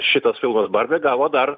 šitas filmas barbė gavo dar